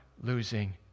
losing